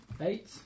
Eight